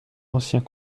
anciens